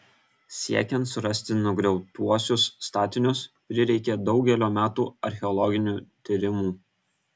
siekiant surasti nugriautuosius statinius prireikė daugelio metų archeologinių tyrimų